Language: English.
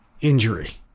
injury